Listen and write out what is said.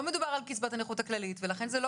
לא מדובר על קצבת הנכות הכללית ולכן זה לא